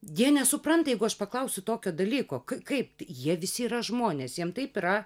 jie nesupranta jeigu aš paklausiu tokio dalyko kaip jie visi yra žmonės jiem taip yra